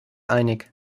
einig